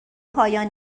پایان